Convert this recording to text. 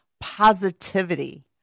positivity